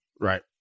Right